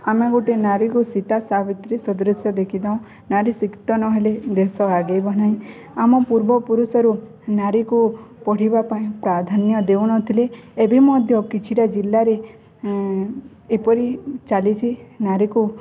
ଆମେ ଗୋଟେ ନାରୀକୁ ସୀତା ସାବିତ୍ରୀ ସଦୃଶ ଦେଖିଥାଉ ନାରୀ ଶିକ୍ଷିତ ନ ହେଲେ ଦେଶ ଆଗେଇବ ନାହିଁ ଆମ ପୂର୍ବ ପୁରୁଷରୁ ନାରୀକୁ ପଢ଼ିବା ପାଇଁ ପ୍ରାଧାନ୍ୟ ଦେଉନଥିଲେ ଏବେ ମଧ୍ୟ କିଛିଟା ଜିଲ୍ଲାରେ ଏପରି ଚାଲିଛି ନାରୀକୁ